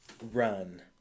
run